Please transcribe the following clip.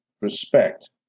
respect